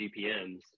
GPMs